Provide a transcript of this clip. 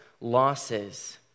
losses